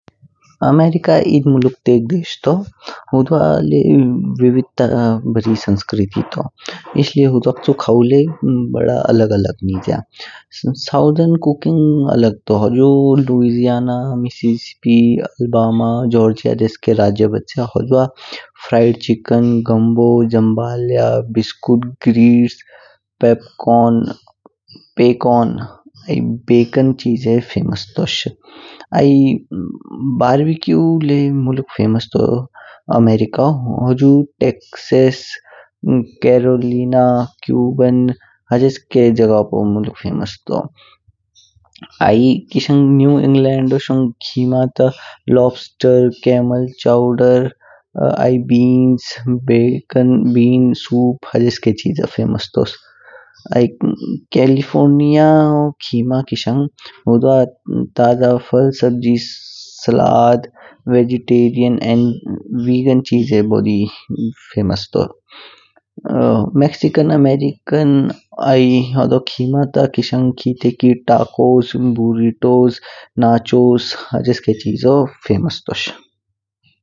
अमेरिका एध मुल्क तेग देश तू, हुद्वा ल्य विविधता बरी संस्कृती तू। इसलिए हुद्वाचु खाऊ ल्य बड़ा अलग-अलग निज्य। सोथेन कुकींग अलग तू, होजो लुजियाना, मिसिसिपी, जॉर्जिया देशके राज्य बच्य। हुजवा fried chicken, gumbo, jambalaya, biscuit, ग्रेस, पेप कॉर्न। पे कॉर्न आई बेकन चिजिये फेमस तोश। बार्बीक्यू ले मुलुक फेमस तो अमेरिकाओ हुजु टेक्सस, कैरोलिना, क्यूबन ह्ज्सके पू मुलुक फेमस तू। आई किश ग न्यू इंग्लैंड शोग खिमा ता lobster, camel chowder, beans, baked beans, soup ह्ज्सके चीजो फेमस तोश। आई कैलिफ़ोर्निया खिमा किशांग हुद्वा ताजा फल, सब्जियाँ, वेगन चीजि बड़ी फेमस तू। मेक्सिकन अमेरिकन खिमा ता होदो खिते की टैकोस, बुरिटोस, नाचोस हज्सके चीजो फेमस तोश।